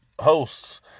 hosts